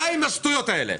די עם השטויות האלה.